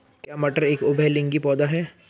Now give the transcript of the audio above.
क्या मटर एक उभयलिंगी पौधा है?